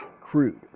crude